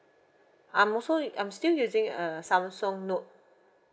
I'm also it I'm still using a samsung note